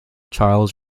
charles